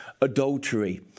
adultery